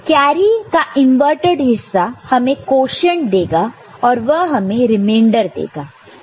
और कैरी का इनवर्टड हिस्सा हमें क्वोशन्ट देगा और यह हमें रिमाइंडर देगा